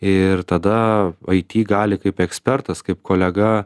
ir tada aiti gali kaip ekspertas kaip kolega